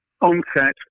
onset